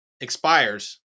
expires